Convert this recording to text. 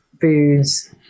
foods